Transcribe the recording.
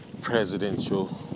presidential